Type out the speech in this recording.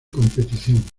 competición